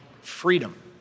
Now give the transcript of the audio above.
freedom